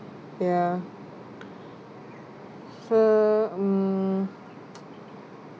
ya so um